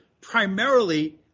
primarily